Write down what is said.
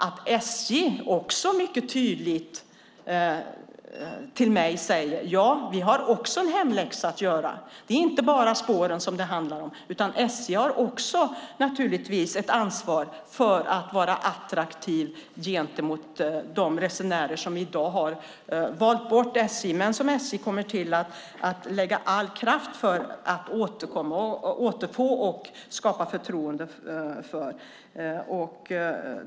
SJ säger också mycket tydligt till mig: Vi har också en hemläxa att göra. Det är inte bara spåren som det handlar om utan SJ har naturligtvis också ett ansvar för att vara attraktivt gentemot de resenärer som i dag har valt bort SJ men som SJ kommer att lägga all kraft på att återfå och skapa förtroende hos.